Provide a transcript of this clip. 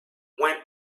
when